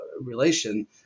relation